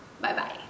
Bye-bye